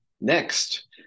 next